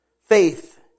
Faith